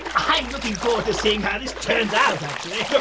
i'm looking forward to seeing how this turns out, actually. but